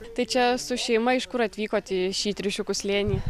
tai čia su šeima iš kur atvykot į šį triušiukų slėnį